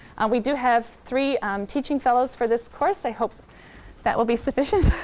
we do have three teaching fellows for this course. i hope that will be sufficient.